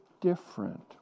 different